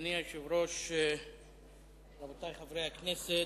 אדוני היושב-ראש, רבותי חברי הכנסת,